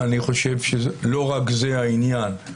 לא רק זה העניין.